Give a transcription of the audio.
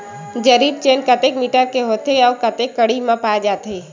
जरीब चेन कतेक मीटर के होथे व कतेक कडी पाए जाथे?